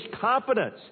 confidence